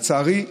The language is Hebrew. לצערי,